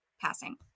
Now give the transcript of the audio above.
passing